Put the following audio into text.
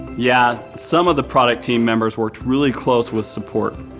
yeah, some of the product team members worked really close with support.